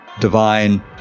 divine